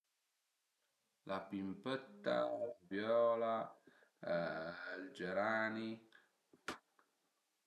La pimpëtta, la viola ël gerani